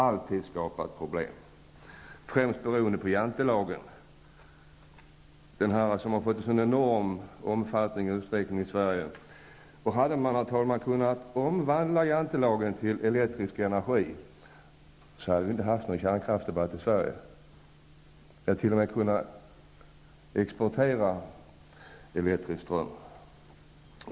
Detta beror främst på Jantelagen, som har fått en så enorm omfattning och utsträckning i Sverige. Om Jantelagen hade kunnat omvandlas till elektrisk energi hade vi inte fört någon kärnkraftsdebatt i Sverige. Vi hade t.o.m. kunnat exportera elektrisk ström.